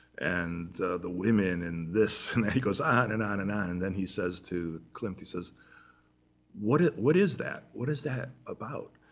and the women and this and then he goes on and on and on. and then he says to klimt he says, what is what is that? what is that about?